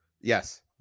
Yes